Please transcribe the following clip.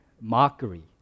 mockery